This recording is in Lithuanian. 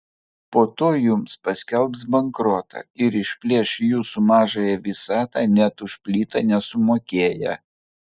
po to jums paskelbs bankrotą ir išplėš jūsų mažąją visatą net už plytą nesumokėję